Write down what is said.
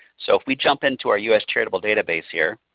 so if we jump into our us charitable database here.